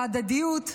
ההדדיות.